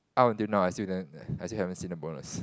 up until now I still haven't I still haven't seen the bonus